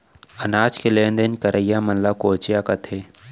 अनाज के लेन देन करइया मन ल कोंचिया कथें